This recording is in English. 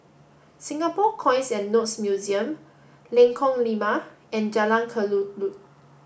Singapore Coins and Notes Museum Lengkong Lima and Jalan Kelulut